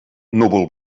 núvol